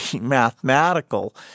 mathematical